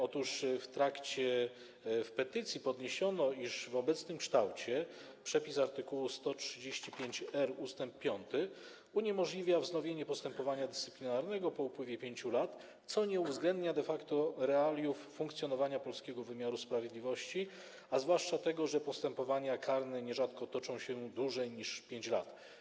Otóż w petycji podniesiono, iż w obecnym kształcie przepis art. 135r ust. 5 uniemożliwia wznowienie postępowania dyscyplinarnego po upływie 5 lat, co nie uwzględnia de facto realiów funkcjonowania polskiego wymiaru sprawiedliwości, a zwłaszcza tego, że postępowania karne nierzadko toczą się dłużej niż 5 lat.